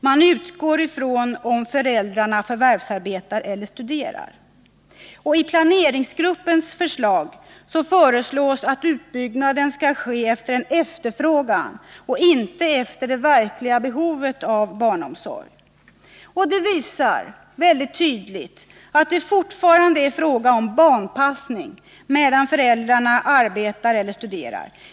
Man utgår i stället från om föräldrarna förvärvsarbetar eller studerar. Planeringsgruppen föreslår att utbyggnaden skall ske i förhållande till efterfrågan och inte till det verkliga behovet av barnomsorg. Det visar väldigt tydligt att det fortfarande är en fråga om ”barnpassning” medan föräldrarna arbetar eller studerar.